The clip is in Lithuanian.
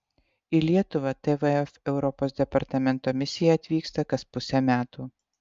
į lietuvą tvf europos departamento misija atvyksta kas pusę metų